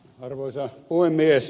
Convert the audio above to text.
arvoisa puhemies